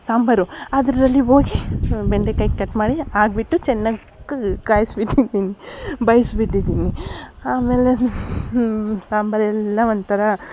ಸಾಂಬಾರು ಅದರಲ್ಲಿ ಹೋಗಿ ಬೆಂಡೆಕಾಯಿ ಕಟ್ ಮಾಡಿ ಹಾಕ್ಬಿಟ್ಟು ಚೆನ್ನಾಗಿ ಕ ಕಾಯಿಸಿಬಿಟ್ಟಿದ್ದೀನಿ ಬಳ್ಸ್ಬಿಟ್ಟಿದ್ದೀನಿ ಆಮೇಲೆ ಸಾಂಬಾರೆಲ್ಲ ಒಂಥರ